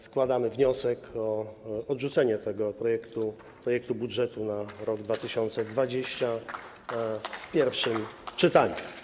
Składamy wniosek o odrzucenie tego projektu budżetu na rok 2020 w pierwszym czytaniu.